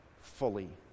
fully